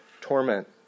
torment